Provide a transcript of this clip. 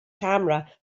camera